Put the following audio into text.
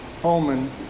Holman